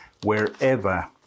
wherever